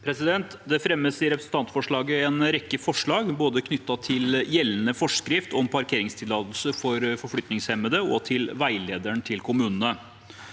Det fremmes i representantforslaget en rekke forslag, både knyttet til gjeldende forskrift om parkeringstillatelse for forflytningshemmede og til veilederen til kommunene.